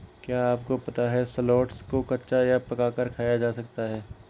क्या आपको पता है शलोट्स को कच्चा या पकाकर खाया जा सकता है?